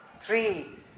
three